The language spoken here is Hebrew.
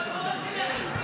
הם לא רוצים להצביע.